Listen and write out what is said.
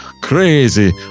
crazy